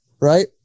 right